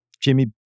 Jimmy